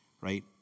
right